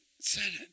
Senate